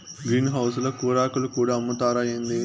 green house ల కూరాకులు కూడా అమ్ముతారా ఏంది